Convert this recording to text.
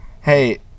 Hey